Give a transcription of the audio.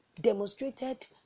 demonstrated